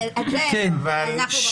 אנחנו בחוץ.